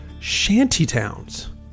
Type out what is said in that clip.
shantytowns